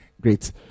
Great